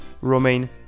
Romain